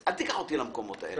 אל תיקח אותי למקומות הללו.